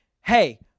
hey